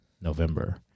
November